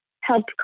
help